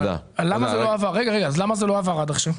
למה זה לא עבר עד עכשיו?